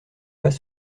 pas